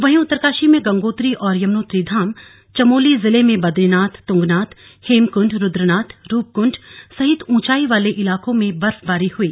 वहीं उत्तरकाशी में गंगोत्री और यमुनोत्री धाम चमोली जिले में बदरीनाथ तुंगनाथ हेमकुंड रुद्रनाथ रूपकुंड सहित ऊंचाई वाले इलाकों में बर्फबारी हुई